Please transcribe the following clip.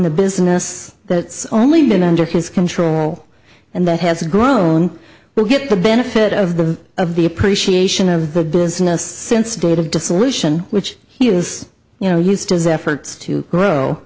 the business that's only been under his control and that has grown will get the benefit of the of the appreciation of the business since total dissolution which he has you know used his efforts to grow